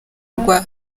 rwa